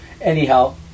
Anyhow